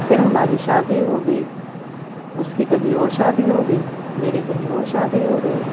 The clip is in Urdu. پھر ہماری شادی ہو گئی اس کی کہیں اور شادی ہو گئی میری کہیں اور شادی ہو گئی